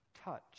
touch